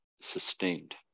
sustained